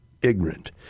Ignorant